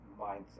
mindset